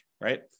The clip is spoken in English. right